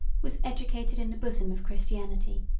was educated in the bosom of christianity,